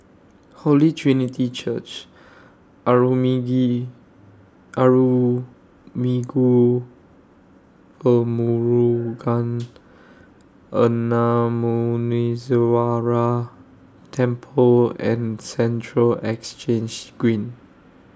Holy Trinity Church Arulmigu Velmurugan Gnanamuneeswarar Temple and Central Exchange Green